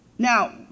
Now